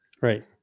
Right